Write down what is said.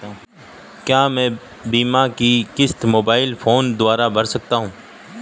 क्या मैं बीमा की किश्त मोबाइल फोन के द्वारा भर सकता हूं?